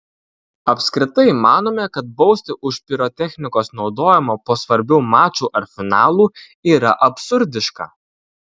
apskritai manome kad bausti už pirotechnikos naudojimą po svarbių mačų ar finalų yra absurdiška